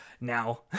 now